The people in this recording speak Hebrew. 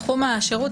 בתחום השירות,